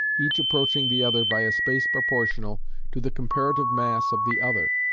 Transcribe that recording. each approaching the other by a space proportional to the comparative mass of the other.